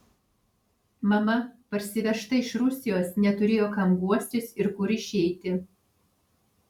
mama parsivežta iš rusijos neturėjo kam guostis ir kur išeiti